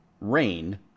rain